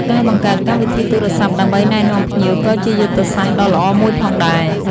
ការបង្កើតកម្មវិធីទូរស័ព្ទដើម្បីណែនាំភ្ញៀវក៏ជាយុទ្ធសាស្ត្រដ៏ល្អមួយផងដែរ។